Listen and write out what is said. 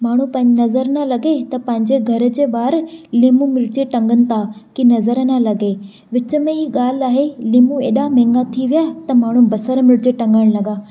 माण्हू पें नज़र न लॻे त पंहिंजे घर जे ॿाहिरि लीम्बू मिर्च टंगनि था की नज़रु न लॻे विच में ई ॻाल्हि आहे लीम्बू हेॾा महांगा थी विया त माण्हू बसर मिर्च टंगणु लॻा